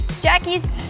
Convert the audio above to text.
Jackies